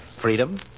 Freedom